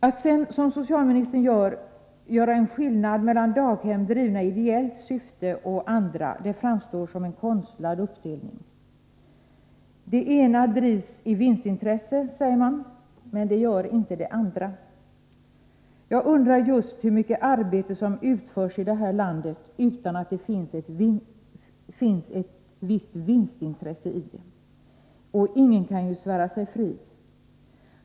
Att, som socialministern gör, göra skillnad mellan daghem drivna i ideellt syfte och andra daghem framstår som en konstlad uppdelning. Det ena drivs i vinstintresse, sägs det, men det gör inte det andra. Jag undrar just hur mycket arbete som utförs i detta land utan att det finns ett visst vinstintresse i det. Ingen kan ju svära sig fri.